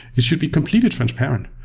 it should be completely transparent.